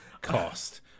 cost